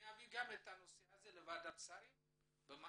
ואני אביא את הנושא הזה לוועדת השרים במעקב,